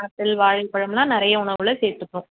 apple வாழைப்பழமெலாம் நிறைய உணவில் சேர்த்துக்கணும்